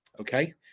Okay